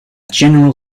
general